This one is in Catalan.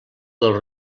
del